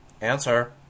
Answer